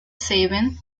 saving